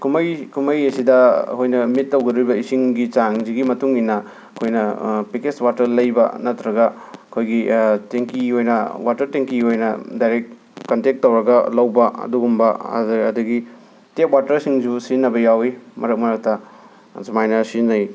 ꯀꯨꯝꯍꯩ ꯀꯨꯝꯍꯩ ꯑꯁꯤꯗ ꯑꯩꯈꯣꯏꯅ ꯃꯤꯠ ꯇꯧꯒꯗꯧꯔꯤꯕ ꯏꯁꯤꯡꯒꯤ ꯆꯥꯡꯁꯤꯒꯤ ꯃꯇꯨꯡ ꯏꯟꯅ ꯑꯩꯈꯣꯏꯅ ꯄꯦꯀꯦꯁ ꯋꯥꯇꯔ ꯂꯩꯕ ꯅꯠꯇ꯭ꯔꯒ ꯑꯩꯈꯣꯏꯒꯤ ꯇꯦꯡꯀꯤ ꯑꯣꯏꯅ ꯋꯥꯇꯔ ꯇꯦꯡꯀꯤ ꯑꯣꯏꯅ ꯗꯥꯏꯔꯦꯛ ꯀꯟꯇꯦꯛ ꯇꯧꯔꯒ ꯂꯧꯕ ꯑꯗꯨꯒꯨꯝꯕ ꯑꯗꯒꯤ ꯇꯦꯞ ꯋꯥꯇꯔꯁꯤꯡꯁꯨ ꯁꯤꯖꯤꯟꯅꯕ ꯌꯥꯎꯏ ꯃꯔꯛ ꯃꯔꯛꯇ ꯁꯨꯃꯥꯏꯅ ꯁꯤꯖꯤꯟꯅꯩ